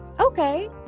okay